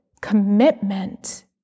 commitment